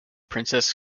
princess